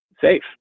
safe